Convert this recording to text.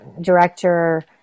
director